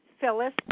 Phyllis